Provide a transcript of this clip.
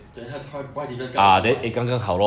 then 他他 what why didn't just 买